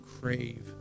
crave